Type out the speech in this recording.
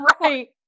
Right